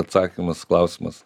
atsakymas klausimas